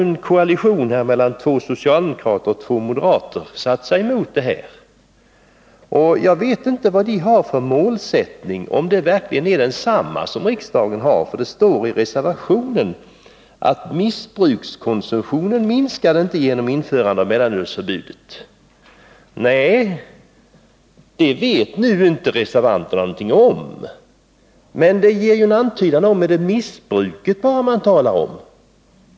En koalition mellan två socialdemokrater och två moderater har satt sig emot förslaget. Jag vet inte vilken målsättning de har — om den verkligen är densamma som riksdagens. Det står nämligen i reservationen: ”Missbrukskonsumtionen minskade inte genom införande av mellanölsförbudet.” Detta vet inte reservanterna någonting om. Men det ger en antydan om att det bara är missbruken man talar om.